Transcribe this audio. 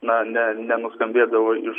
na ne nenuskambėdavo iš